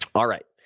all right.